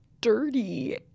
dirty